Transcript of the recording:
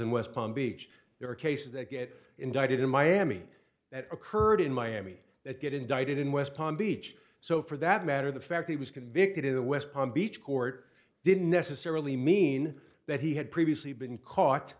in west palm beach there are cases that get indicted in miami that occurred in miami that get indicted in west palm beach so for that matter the fact he was convicted in the west palm beach court didn't necessarily mean that he had previously been caught